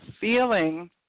feeling